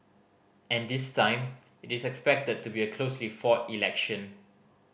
and this time it is expected to be a closely fought election